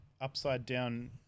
upside-down